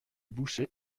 boucher